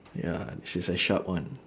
ya this is a sharp one